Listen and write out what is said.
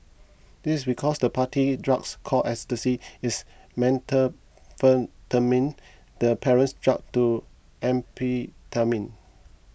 this is because the party drugs called Ecstasy is methamphetamine the parent drug to amphetamine